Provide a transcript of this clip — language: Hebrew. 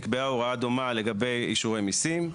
נקבעה הוראה דומה לגבי אישורי מיסים.